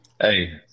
Hey